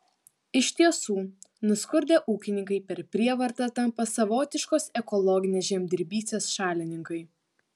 iš tiesų nuskurdę ūkininkai per prievartą tampa savotiškos ekologinės žemdirbystės šalininkai